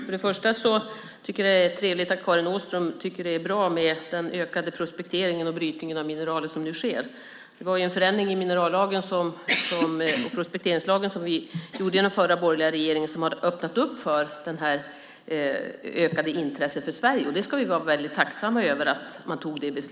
Fru talman! Det är trevligt att Karin Åström tycker att det är bra med den ökade prospekteringen och brytningen av mineraler som nu sker. Det var en förändring i minerallagen och prospekteringslagen som den förra borgerliga regeringen gjorde som har öppnat upp för det ökade intresset för Sverige. Vi ska vara tacksamma över att det beslutet fattades.